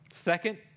Second